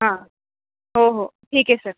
हां हो हो ठीके सर